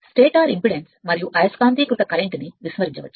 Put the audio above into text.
stator ఇంపిడెన్స్మరియు అయస్కాంతీకృత current నిర్లక్ష్యం చేయవచ్చు